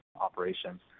operations